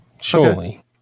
surely